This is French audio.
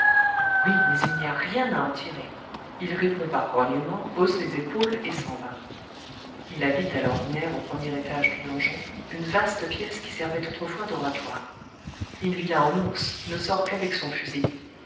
oui mais il n'y a rien à en tirer il répond par grognements hausse les épaules et s'en va il habite à l'ordinaire au premier étage du donjon une vaste pièce qui servait autrefois d'oratoire il vit là en ours ne sort qu'avec son fusil